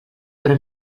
però